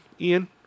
Ian